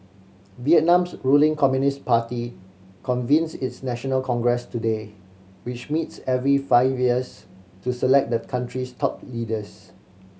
Vietnam's ruling Communist Party convenes its national congress today which meets every five years to select the country's top leaders